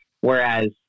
Whereas